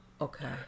Okay